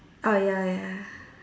ah ya ya